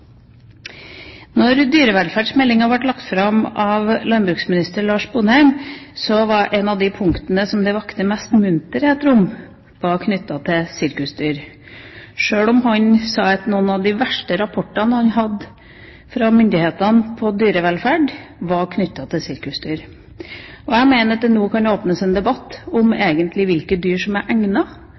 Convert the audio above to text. når det egentlig handler om hele vårt livsmiljø, at vi ikke skal ha for mange dyr som ikke har eiere, som skal gå rundt i våre bymiljøer, f.eks. Da dyrevelferdsmeldinga ble lagt fram av daværende landbruksminister Lars Sponheim, var et av de punktene som vakte mest munterhet, knyttet til sirkusdyr – sjøl om han sa at noen av de verste rapportene han hadde fra myndighetene på dyrevelferd, var knyttet til sirkusdyr. Jeg